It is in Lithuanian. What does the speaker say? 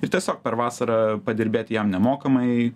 ir tiesiog per vasarą padirbėti jam nemokamai